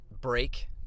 break